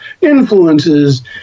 influences